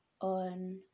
on